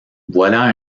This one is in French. voilà